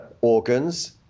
organs